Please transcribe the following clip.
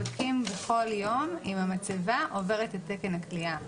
בודקים בכל יום אם המצבה עוברת את תקן הכליאה,